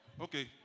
Okay